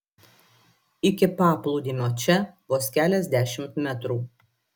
iki paplūdimio čia vos keliasdešimt metrų